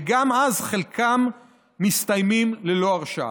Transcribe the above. וגם אז חלקם מסתיימים ללא הרשעה.